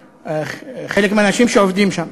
חלק מהאנשים שעובדים שם.